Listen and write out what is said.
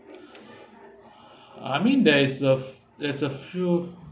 I mean there is uh there is a few